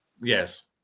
Yes